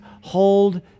hold